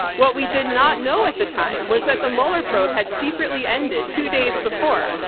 what we did not know at the time, was that the mueller probe had secretly ended two days before.